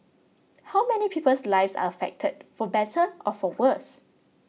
how many people's lives are affected for better or for worse